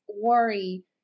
worry